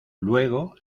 luego